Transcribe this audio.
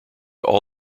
all